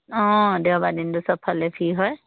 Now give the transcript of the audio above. অঁ দেওবাৰ দিনটো সবফালে ফ্ৰী হয়